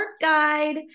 guide